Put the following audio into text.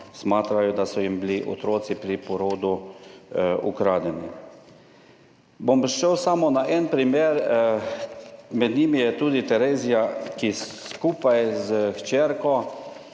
da so jim bili otroci pri porodu ukradeni. Šel bom samo na en primer, med njimi je tudi Terezija, ki skupaj s hčerko